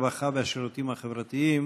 הרווחה והשירותים החברתיים